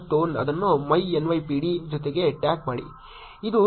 ಇದು ನಮ್ಮ ಫೇಸ್ಬುಕ್ ಪುಟದಲ್ಲಿ ಕಾಣಿಸಿಕೊಂಡಿರಬಹುದು